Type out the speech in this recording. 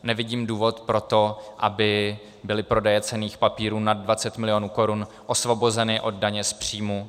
Nevidím důvod pro to, aby byly prodeje cenných papírů nad 20 milionů korun osvobozeny od daně z příjmu.